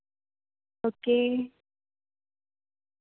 okay